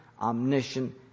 omniscient